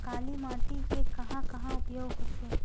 काली माटी के कहां कहा उपयोग होथे?